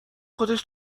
خودش